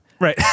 right